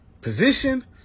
position